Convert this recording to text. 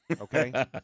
Okay